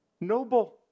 Noble